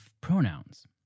pronouns